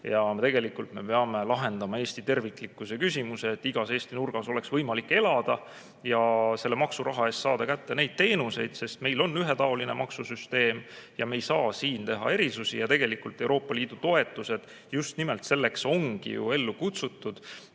Ja tegelikult me peame lahendama Eesti terviklikkuse küsimuse. Igas Eesti nurgas peab olema võimalik elada ja maksuraha eest teenuseid saada. Meil on ühetaoline maksusüsteem ja me ei saa siin erisusi teha. Ja tegelikult Euroopa Liidu toetused just nimelt selleks ongi ellu kutsutud,